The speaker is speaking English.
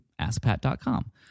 askpat.com